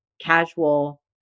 casual